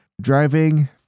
driving